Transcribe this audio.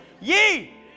ye